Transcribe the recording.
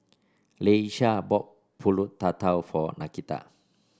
Leisha bought pulut tatal for Nakita